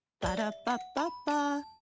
Ba-da-ba-ba-ba